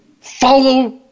follow